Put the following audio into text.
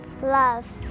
Love